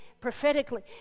prophetically